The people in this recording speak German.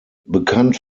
bekannt